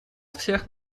всех